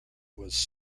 was